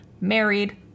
married